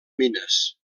mines